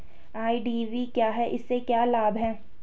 IDV क्या है इसमें क्या लाभ है?